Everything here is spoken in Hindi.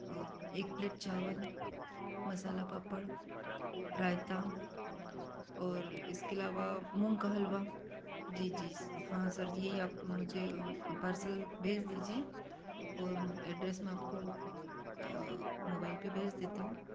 और एक प्लेट चावल मसाला पापड़ रायता और इसके अलावा मूंग का हलवा जी जी स हाँ सर जी यही आप मुझे पार्सल भेज दीजिए और एड्रेस मैं आपको मोबाइल पर भेज देती हूँ